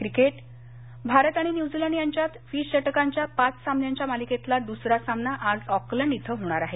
cricket Bharat आणि New Zealand यांच्यात वीस षटकांच्या पाच सामन्यांच्या मालिकेतला दुसरा सामना आज ऑकलंड इथं होणार आहे